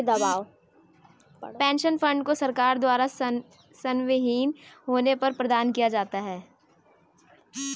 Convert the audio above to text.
pension fund को सरकार द्वारा सेवाविहीन होने पर प्रदान किया जाता है